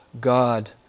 God